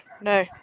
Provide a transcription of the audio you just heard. no